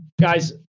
Guys